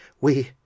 We